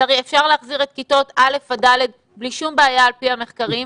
אפשר להחזיר את כיתות א'-ד' בלי שום בעיה על פי המחקרים,